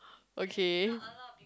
okay